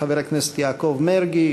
חבר הכנסת יעקב מרגי,